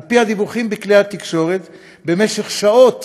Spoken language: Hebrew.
על פי הדיווחים בכלי התקשורת, במשך שעות